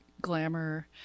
glamour